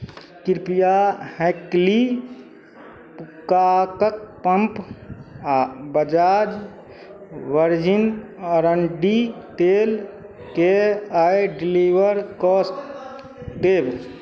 कृपया हैकली काकके पम्प आओर बजाज वर्जिन अरण्डी तेलके आइ डिलिवर कऽ देब